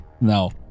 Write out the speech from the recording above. No